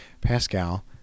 Pascal